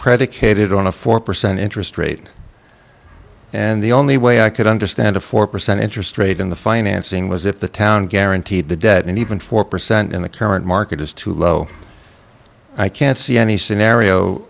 predicated on a four percent interest rate and the only way i could understand a four percent interest rate in the financing was if the town guaranteed the debt and even four percent in the current market is too low i can't see any scenario